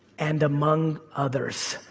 and among others.